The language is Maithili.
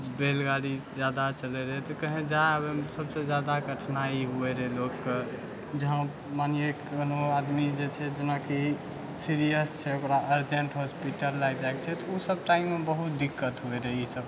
बैलगाड़ी जादा चलै रहै तऽ कहीं जाइ आबैमे सभसँ जादा कठिनाइ हुए रहै लोकके जहाँ मानियौ कोनो आदमी जे छै जेनाकि सीरियस छै ओकरा अर्जेण्ट हॉस्पिटल लअ जाइके छै तऽ उ सभ टाइममे बहुत दिक्कत हुए रहै ई सभके